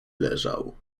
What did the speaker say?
leżał